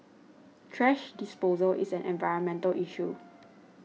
thrash disposal is an environmental issue